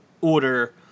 order